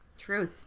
Truth